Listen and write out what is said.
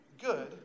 good